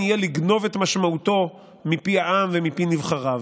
יהיה לגנוב את משמעותו מפי העם ומפי נבחריו?